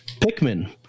pikmin